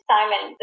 Simon